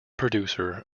producer